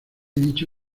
dicho